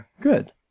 Good